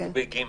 ב-(ג):